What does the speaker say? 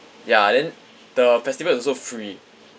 ya then the festival is also free